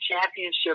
championship